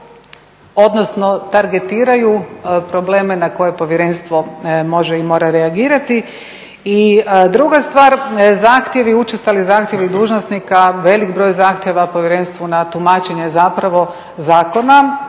odnosno targetiraju probleme na koje povjerenstvo može i mora reagirati. I druga stvar, zahtjevi, učestali zahtjevi dužnosnika, velik broj zahtjeva povjerenstvu na tumačenje zakona